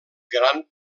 gran